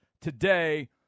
today